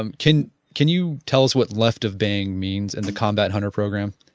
um can can you tell us what left of bang means in the combat hunter program?